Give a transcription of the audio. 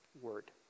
word